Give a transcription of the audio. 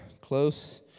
close